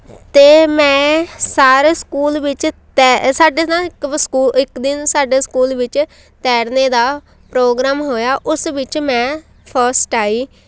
ਅਤੇ ਮੈਂ ਸਾਰੇ ਸਕੂਲ ਵਿੱਚ ਤੈ ਸਾਡੇ ਨਾ ਇੱਕ ਵ ਸਕੂ ਇੱਕ ਦਿਨ ਸਾਡੇ ਸਕੂਲ ਵਿੱਚ ਤੈਰਨ ਦਾ ਪ੍ਰੋਗਰਾਮ ਹੋਇਆ ਉਸ ਵਿੱਚ ਮੈਂ ਫਸਟ ਆਈ